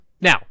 Now